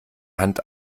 hand